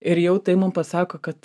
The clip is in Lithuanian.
ir jau tai mum pasako kad